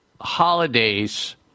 holidays